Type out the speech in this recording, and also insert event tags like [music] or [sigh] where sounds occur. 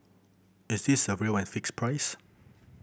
is this a real and fixed price [noise]